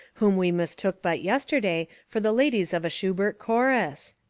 whom we mistook but yesterday for the ladies of a shubert chorus!